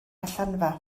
allanfa